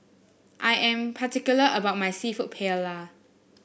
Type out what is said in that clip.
I am particular about my seafood Paella